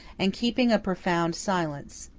and keeping a profound silence.